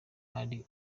ari